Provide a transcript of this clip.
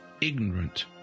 ignorant